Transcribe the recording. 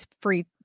free